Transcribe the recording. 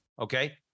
Okay